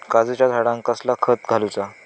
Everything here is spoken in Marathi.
काजूच्या झाडांका कसला खत घालूचा?